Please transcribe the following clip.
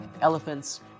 elephants